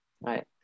right